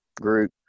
group